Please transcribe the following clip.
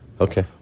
Okay